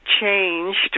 changed